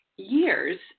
years